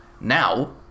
now